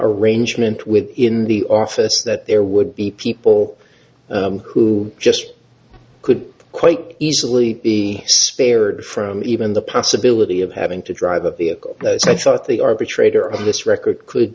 arrangement with in the office that there would be people who just could quite easily be spared from even the possibility of having to drive a vehicle such that the arbitrator of this record could